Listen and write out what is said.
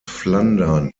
flandern